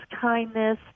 kindness